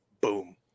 Boom